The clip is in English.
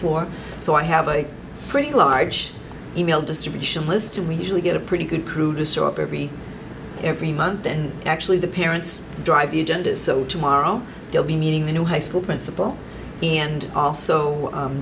floor so i have a pretty large e mail distribution list and we usually get a pretty good crew to sort every every month then actually the parents drive the agenda so tomorrow they'll be meeting the new high school principal and also